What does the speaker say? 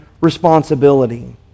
responsibility